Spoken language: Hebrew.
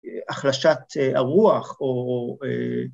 ‫החלשת הרוח או...